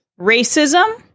racism